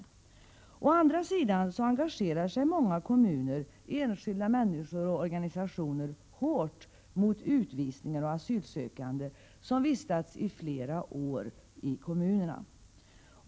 Å andra sidan engagerar sig många kommuner, enskilda människor och organisationer hårt mot utvisningar av asylsökande, som vistats flera år i kommunerna.